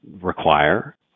require